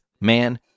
man